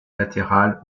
latérale